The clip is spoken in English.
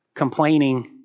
complaining